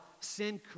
sin